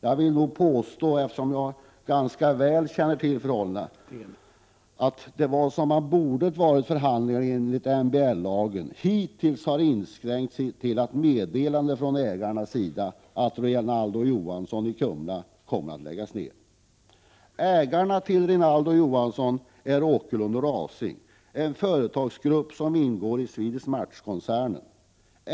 Jag vill nog påstå, eftersom jag ganska väl känner till förhållandena, att vad som borde ha varit förhandlingar enligt medbestämmandelagen hittills har inskränkt sig till ett meddelande från ägarna att Rinaldo & Johansson i Kumla kommer att läggas ned. Ägare till Rinaldo & Johansson är AB Åkerlund & Rausing, en företagsgrupp som ingår i Swedish Match-koncernen.